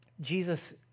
Jesus